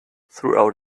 throughout